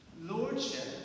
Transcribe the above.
Lordship